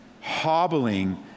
hobbling